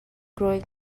growing